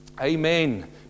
Amen